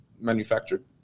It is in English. manufactured